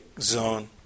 zone